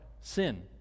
sin